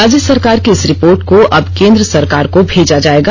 राज्य सरकार की इस रिपोर्ट को अब केंद्र सरकार को भेजा जायेगा